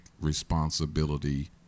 responsibility